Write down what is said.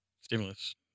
stimulus